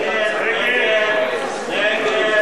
הצעת סיעות מרצ העבודה